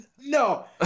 No